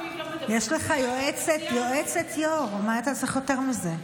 יש לך יועצת יו"ר, מה אתה צריך יותר מזה.